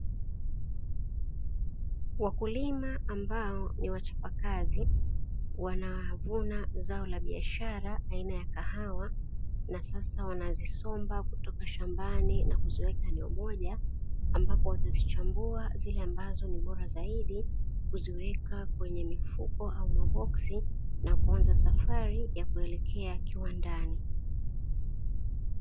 Wakulima ambao ni wachapakazi wanavuna zao la biashara aina ya kahawa, na sasa wanazisomba kutoka shambani na kuziweka eneo moja, ambapo wanazichambua zile zilizobora zaidi kuziweka kwenye mifuko au maboksi na kuanza safari ya kuelekea kiwandani.